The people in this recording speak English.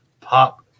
pop